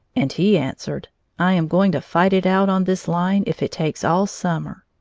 and he answered i am going to fight it out on this line if it takes all summer!